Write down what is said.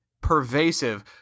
Pervasive